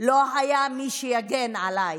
לא היה מי שיגן עליי.